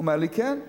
הוא אמר לי: כן.